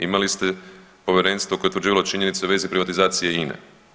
Imali ste povjerenstvo koje je utvrđivalo činjenice u vezi privatizacije INE.